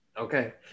Okay